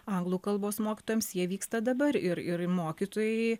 anglų kalbos mokytojams jie vyksta dabar ir ir mokytojai